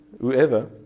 whoever